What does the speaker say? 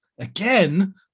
again